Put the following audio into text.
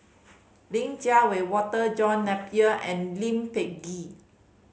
Li Jiawei Walter John Napier and Lee Peh Gee